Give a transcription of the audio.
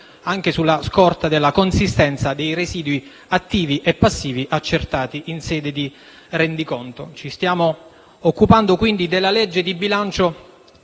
anche sulla scorta della consistenza dei residui attivi e passivi accertati in sede di rendiconto. Ci stiamo occupando, quindi, della legge di bilancio